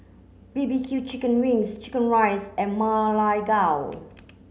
B B Q chicken wings chicken rice and Ma Lai Gao